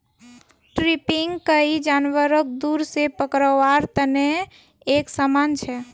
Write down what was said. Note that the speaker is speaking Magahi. ट्रैपिंग कोई जानवरक दूर से पकड़वार तने एक समान छे